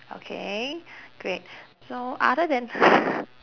okay great so other than